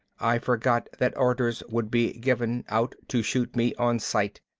i forgot that orders would be given out to shoot me on sight.